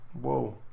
Whoa